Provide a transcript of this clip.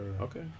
Okay